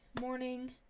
morning